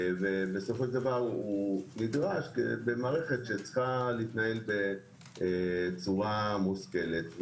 הוא נדרש במערכת שצריכה להתנהל בצורה מושכלת.